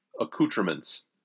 accoutrements